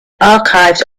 archives